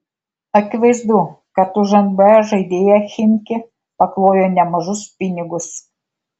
akivaizdu kad už nba žaidėją chimki paklojo nemažus pinigus